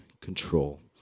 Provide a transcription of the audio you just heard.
control